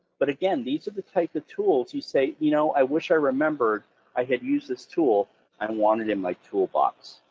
but again, these are the type of tools you say, you know, i wish i remembered i had used this tool i wanted in my toolbox.